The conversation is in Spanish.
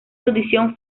audición